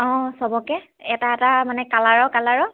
অঁ সবকে এটা এটা মানে কালাৰৰ কালাৰৰ